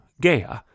Gaia